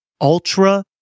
Ultra